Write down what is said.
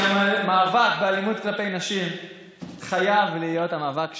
כי המאבק באלימות כלפי נשים חייב להיות המאבק שלנו,